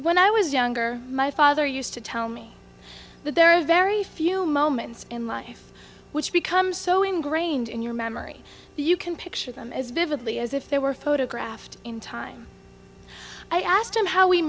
when i was younger my father used to tell me that there are very few moments in life which become so ingrained in your memory that you can picture them as vividly as if they were photographed in time i asked him how we